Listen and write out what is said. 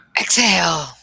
Exhale